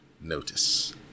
notice